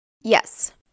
Yes